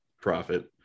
profit